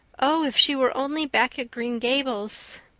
oh, if she were only back at green gables!